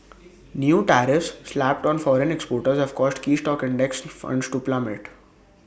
new tariffs slapped on foreign exporters have caused key stock index funds to plummet